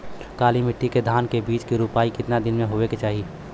काली मिट्टी के धान के बिज के रूपाई कितना दिन मे होवे के चाही?